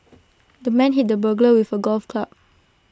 the man hit the burglar with A golf club